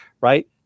right